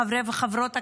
חברי וחברות הכנסת,